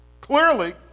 Clearly